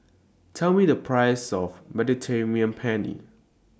Tell Me The Price of Mediterranean Penne